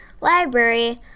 library